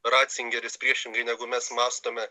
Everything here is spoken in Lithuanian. racingeris priešingai negu mes mąstome